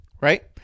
right